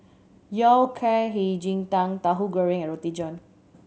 Yao Cai Hei Ji Tang Tahu Goreng and Roti John